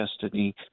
Destiny